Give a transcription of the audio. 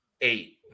Eight